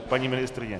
Paní ministryně?